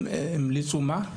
המליצו מה?